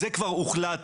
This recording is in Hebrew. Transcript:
זה כבר הוחלט.